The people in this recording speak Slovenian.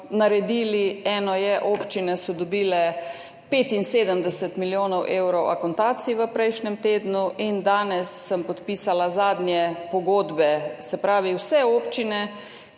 je, da so občine dobile 75 milijonov evrov akontacij v prejšnjem tednu in danes sem podpisala zadnje pogodbe, se pravi, vse občine,